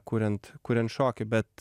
kuriant kuriant šokį bet